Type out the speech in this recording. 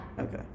Okay